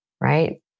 right